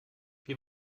wir